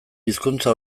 hizkuntza